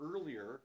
earlier